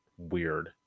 weird